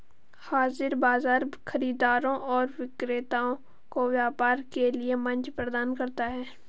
हाज़िर बाजार खरीदारों और विक्रेताओं को व्यापार के लिए मंच प्रदान करता है